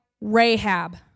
Rahab